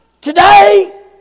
today